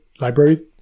library